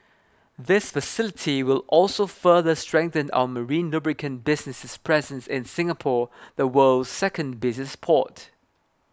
this facility will also further strengthen our marine lubricant business's presence in Singapore the world's second busiest port